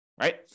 right